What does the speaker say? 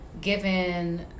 given